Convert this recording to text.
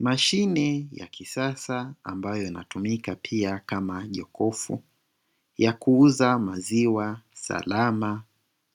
Mashine ya kisasa ambayo inatumika pia kama jokofu ya kuuza maziwa salama,